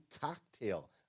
cocktail